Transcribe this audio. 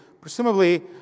Presumably